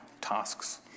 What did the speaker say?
tasks